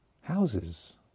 houses